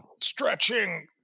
Stretching